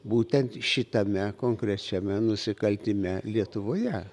būtent šitame konkrečiame nusikaltime lietuvoje